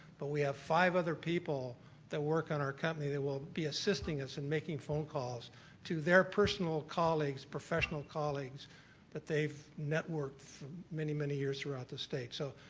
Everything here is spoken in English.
but we have five other people that work on our company that will be assisting us in making phone calls to their personal colleagues, professional colleagues that they've networked many, many years throughout the state. so,